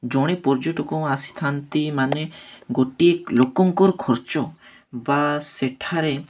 ଜଣେ ପର୍ଯ୍ୟଟକ ଆସିଥାନ୍ତି ମାନେ ଗୋଟିଏ ଲୋକଙ୍କର ଖର୍ଚ୍ଚ ବା ସେଠାରେ